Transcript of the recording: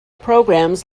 programs